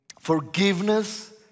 Forgiveness